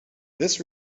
this